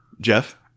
Jeff